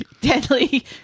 deadly